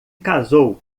casou